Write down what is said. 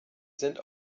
sind